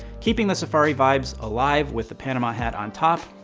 keeping the safari vibes alive with the panama hat on top.